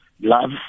love